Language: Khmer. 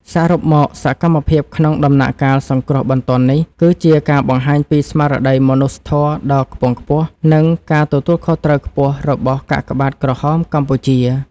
សរុបមក សកម្មភាពក្នុងដំណាក់កាលសង្គ្រោះបន្ទាន់នេះ គឺជាការបង្ហាញពីស្មារតីមនុស្សធម៌ដ៏ខ្ពង់ខ្ពស់ និងការទទួលខុសត្រូវខ្ពស់របស់កាកបាទក្រហមកម្ពុជា។